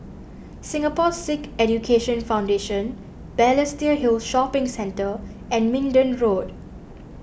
Singapore Sikh Education Foundation Balestier Hill Shopping Centre and Minden Road